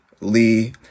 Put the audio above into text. Lee